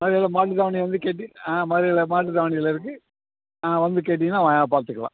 மதுரையில் மாட்டுத்தாவணியில் வந்து கேட்டீ ஆ மதுரையில் மாட்டுத்தாவணியில் இருக்குது ஆ வந்து கேட்டீங்கன்னால் பார்த்துக்கலாம்